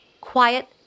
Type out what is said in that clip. quiet